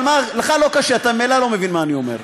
אבל לך לא קשה, אתה ממילא לא מבין מה אני אומר,